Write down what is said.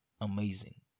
amazing